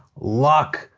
luck,